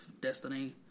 destiny